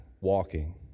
walking